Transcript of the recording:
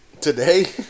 Today